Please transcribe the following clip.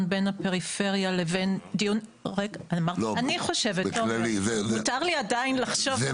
בין הפריפריה לבין דיון --- זה נכון,